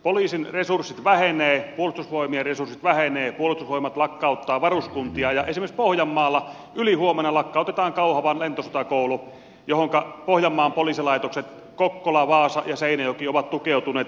poliisin resurssit vähenevät puolustusvoimien resurssit vähenevät puolustusvoimat lakkauttaa varuskuntia ja esimerkiksi pohjanmaalla ylihuomenna lakkautetaan kauhavan lentosotakoulu johonka pohjanmaan poliisilaitokset kokkola vaasa ja seinäjoki ovat tukeutuneet erittäin voimakkaasti